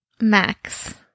Max